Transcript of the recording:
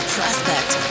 Prospect